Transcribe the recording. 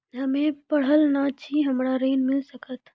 हम्मे पढ़ल न छी हमरा ऋण मिल सकत?